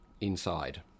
inside